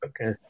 okay